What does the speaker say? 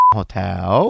hotel